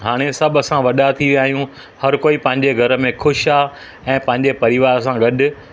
हाणे सभु असां वॾा थी विया आहियूं हर कोई पंहिंजे घर में ख़ुशि आहे ऐं पंहिंजे परिवार सां गॾु